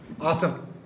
Awesome